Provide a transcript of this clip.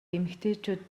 эмэгтэйчүүд